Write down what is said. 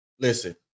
listen